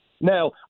Now